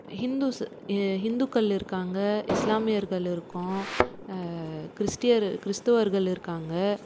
Hindus ஹிந்துக்கள் இருக்காங்க இஸ்லாமியர்கள் இருக்கோம் கிறிஸ்டியர் கிறிஸ்த்துவர்கள் இருக்காங்க